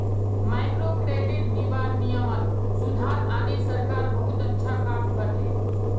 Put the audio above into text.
microcredit दीबार नियमत सुधार आने सरकार बहुत अच्छा काम कर ले